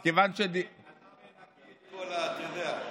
אז מכיוון, אתה מנקה את כל, אתה יודע.